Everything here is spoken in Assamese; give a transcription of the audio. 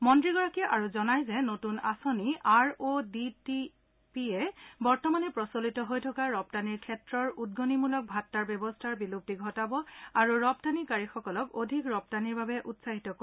মন্ত্ৰীগৰাকীয়ে আৰু জনাই যে নতুন আঁচনি R O D T P E বৰ্তমানে প্ৰচলিত হৈ থকা ৰগুানিৰ ক্ষেত্ৰৰ উদ্গণিমূলক ভাট্টাৰ ব্যৱস্থাৰ বিলুপ্তি ঘটাব আৰু ৰপ্তানিকাৰীসকলক অধিক ৰপ্তানিৰ বাবে উৎসাহিত কৰিব